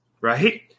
right